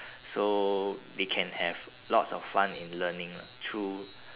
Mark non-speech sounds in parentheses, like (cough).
(breath) so they can have lots of fun in learning lah through